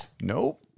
Nope